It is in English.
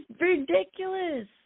ridiculous